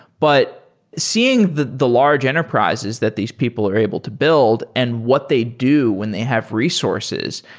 but seeing the the large enterprises that these people are able to build and what they do when they have resources,